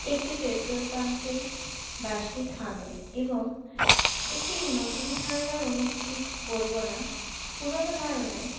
একটি পেট্রোল পাম্পে বাসটি থামে এবং একটি নতুন ধারণার অনুভূতি বলবো না পুরনো ধারণাই